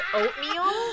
oatmeal